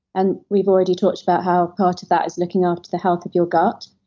and we've already talked about how part of that is looking after the health of your gut.